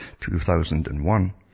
2001